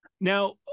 Now